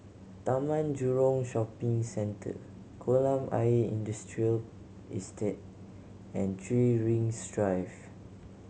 Taman Jurong Shopping Centre Kolam Ayer Industrial Estate and Three Rings Drive